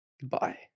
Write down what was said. goodbye